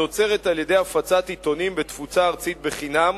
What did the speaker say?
הנוצרת על-ידי הפצת עיתונים בתפוצה ארצית בחינם